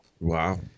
Wow